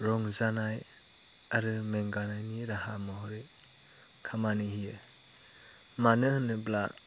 रंजानाय आरो मेंगानायनि राहा महरै खामानि होयो मानो होनोब्ला